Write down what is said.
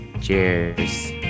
Cheers